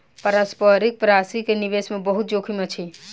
पारस्परिक प्राशि के निवेश मे बहुत जोखिम अछि